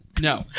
No